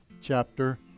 chapter